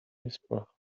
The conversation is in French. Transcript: l’espoir